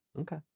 Okay